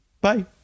Bye